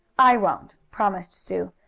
i won't, promised sue.